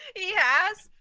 yeah, it's